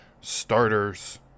starters